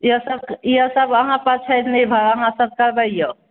इएह सब इएह सब अहाँ पर छै निर्भर अहाँ सब करबैयो